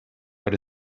but